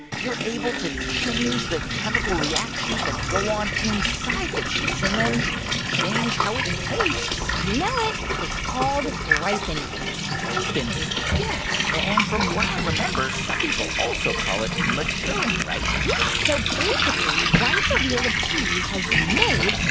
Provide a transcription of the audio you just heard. you're able to change the chemical reactions that go on inside the cheese and then change how it tastes? you know it. it's called ripening ripening? yes. and from what i remember, some people also call it maturing, right? yeah. so basically, once a wheel of cheese has been made,